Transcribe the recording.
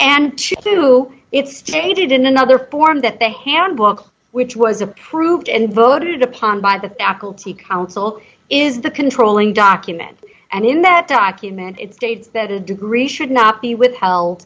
and two it's stated in another form that the handbook which was approved and voted upon by the faculty council is the controlling document and in that document it states that a degree should not be withheld